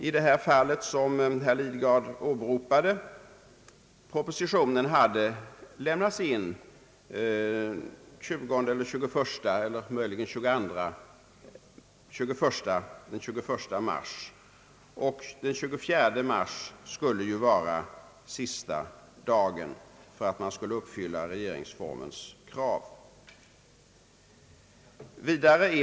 I det fall som han åberopade hade såvitt jag vet propositionen lämnats in den 21 mars, och den 24 mars är ju sista dagen enligt regeringsformen.